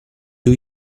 two